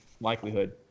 likelihood